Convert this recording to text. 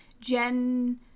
Jen